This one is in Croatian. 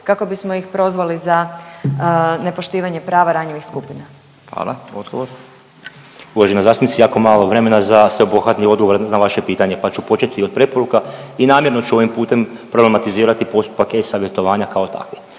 kako bismo ih prozvali za nepoštivanje prava ranjivih skupina. **Radin, Furio (Nezavisni)** Hvala. Odgovor. **Jurišić, Darijo** Uvažena zastupnice, jako malo vremena za sveobuhvatni odgovor na vaše pitanje, pa ću početi od preporuka i namjerno ću ovim putem problematizirati postupak e-savjetovanja kao takve.